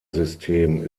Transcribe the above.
system